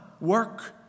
work